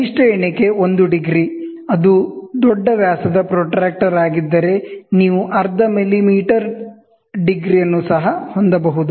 ಕನಿಷ್ಟ ಎಣಿಕೆ 1 ಡಿಗ್ರಿ ಅದು ದೊಡ್ಡ ವ್ಯಾಸದ ಪ್ರೊಟ್ರಾಕ್ಟರ್ ಆಗಿದ್ದರೆ ನೀವು ಅರ್ಧ ಮಿಲಿಮೀಟರ್ ಅರ್ಧ ಡಿಗ್ರಿಯನ್ನು ಸಹ ಹೊಂದಬಹುದು